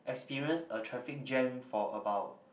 experience a traffic jam for about